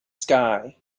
sky